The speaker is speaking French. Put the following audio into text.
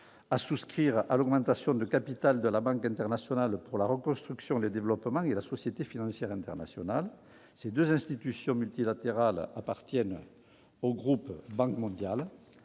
à souscrire à l'augmentation de capital de la Banque internationale pour la reconstruction et le développement et de la Société financière internationale. Ces deux institutions multilatérales appartiennent au groupe de la Banque mondiale.